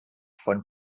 von